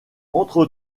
entre